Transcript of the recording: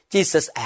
Jesus